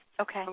Okay